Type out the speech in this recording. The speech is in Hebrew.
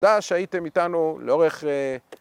‫תודה שהייתם איתנו לאורך...